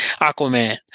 aquaman